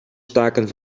staken